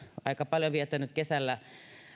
aika paljon viettänyt kesällä